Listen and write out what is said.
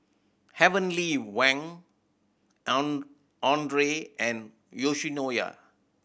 Heavenly Wang Andre and Yoshinoya